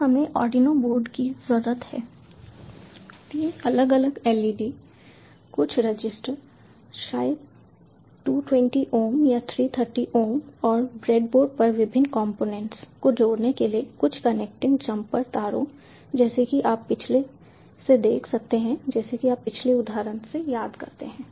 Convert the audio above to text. तो हमें Arduino board की जरूरत है तीन अलग अलग LED कुछ रजिस्टर शायद 220 ओम या 330 ओम और ब्रेडबोर्ड पर विभिन्न कंपोनेंट्स को जोड़ने के लिए कुछ कनेक्टिंग जम्पर तारों जैसा कि आप पिछले से देख सकते हैं जैसा कि आप पिछले उदाहरण से याद करते हैं